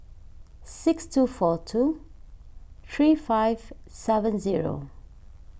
six two four two three five seven zero